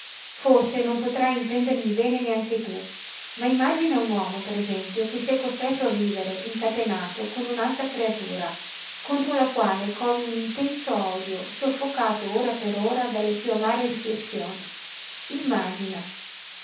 forse non potrai intendermi bene neanche tu ma immagina un uomo per esempio che sia costretto a vivere incatenato con un'altra creatura contro la quale covi un intenso odio soffocato ora per ora dalle più amare riflessioni immagina